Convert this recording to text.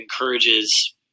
encourages